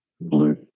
Blue